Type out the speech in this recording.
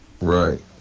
Right